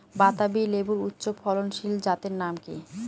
বাতাবি লেবুর উচ্চ ফলনশীল জাতের নাম কি?